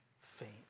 faint